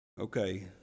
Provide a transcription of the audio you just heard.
Okay